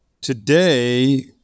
Today